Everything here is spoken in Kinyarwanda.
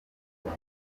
ibi